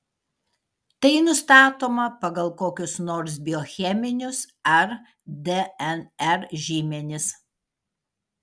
tai nustatoma pagal kokius nors biocheminius ar dnr žymenis